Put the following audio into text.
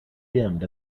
dimmed